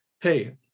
hey